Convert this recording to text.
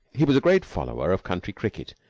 he was a great follower of county cricket,